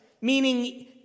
meaning